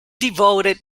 devoted